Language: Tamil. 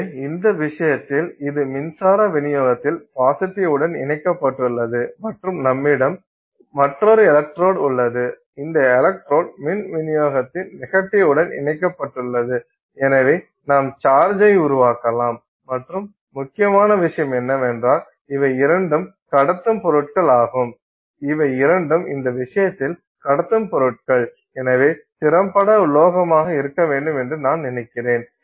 எனவே இந்த விஷயத்தில் இது மின்சார விநியோகத்தில் பாசிட்டிவ் உடன் இணைக்கப்பட்டுள்ளது மற்றும் நம்மிடம் மற்றொரு எலக்ட்ரோட் உள்ளது இந்த எலக்ட்ரோட் மின் விநியோகத்தின் நெகட்டிவ் உடன் இணைக்கப்பட்டுள்ளது எனவே நாம் சார்ஜை உருவாக்கலாம் மற்றும் முக்கியமான விஷயம் என்னவென்றால் இவை இரண்டும் கடத்தும் பொருட்கள் ஆகும் இவை இரண்டும் இந்த விஷயத்தில் கடத்தும் பொருட்கள் எனவே திறம்பட உலோகமாக இருக்க வேண்டும் என்று நான் நினைக்கிறேன்